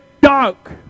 dark